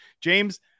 James